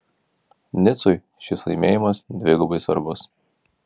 nicui šis laimėjimas dvigubai svarbus